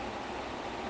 ya that's true